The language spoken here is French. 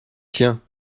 tiens